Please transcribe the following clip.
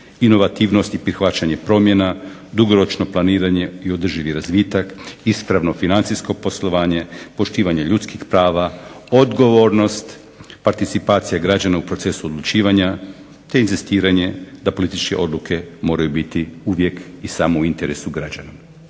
inovativnosti i prihvaćanje promjena, dugoročno planiranje i održivi razvitak, ispravan financijsko poslovanje, poštivanje ljudskih prava, odgovornost, participacija građana u procesu odlučivanja, te inzistiranje da političke odluke moraju biti uvijek i samo u interesu građana.